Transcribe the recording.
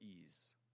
ease